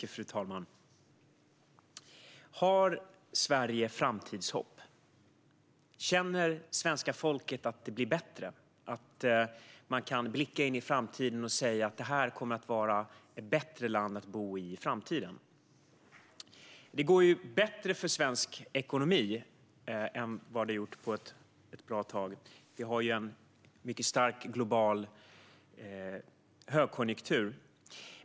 Fru talman! Har Sverige framtidshopp? Känner svenska folket att det blir bättre, att man kan blicka in i framtiden och säga att det här i framtiden kommer att vara ett bättre land att bo i? Det går bättre för svensk ekonomi än vad det har gjort på ett bra tag. Vi har ju en mycket stark global högkonjunktur.